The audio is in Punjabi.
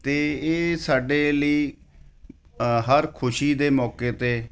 ਅਤੇ ਇਹ ਸਾਡੇ ਲਈ ਹਰ ਖੁਸ਼ੀ ਦੇ ਮੌਕੇ 'ਤੇ